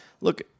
look